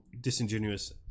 disingenuous